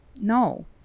no